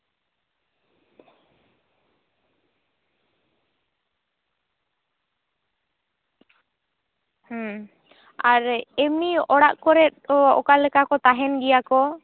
ᱦᱩᱸ ᱟᱨ ᱮᱢᱱᱤ ᱚᱲᱟᱜ ᱠᱚᱨᱮ ᱫᱚ ᱚᱠᱟᱞᱮᱠᱟ ᱠᱚ ᱛᱟᱦᱮᱱ ᱜᱮᱭᱟ ᱠᱚ